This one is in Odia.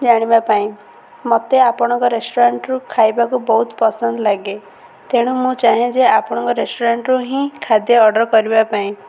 ଜାଣିବା ପାଇଁ ମୋତେ ଆପଣଙ୍କ ରେଷ୍ଟୁରାଣ୍ଟ୍ରୁ ଖାଇବାକୁ ବହୁତ ପସନ୍ଦ ଲାଗେ ତେଣୁ ମୁଁ ଚାହେଁ ଯେ ଆପଣଙ୍କ ରେଷ୍ଟୁରାଣ୍ଟ୍ରୁ ହିଁ ଖାଦ୍ୟ ଅର୍ଡ଼ର୍ କରିବା ପାଇଁ